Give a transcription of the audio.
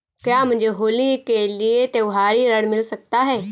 क्या मुझे होली के लिए त्यौहारी ऋण मिल सकता है?